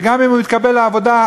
וגם אם הם התקבלו לעבודה,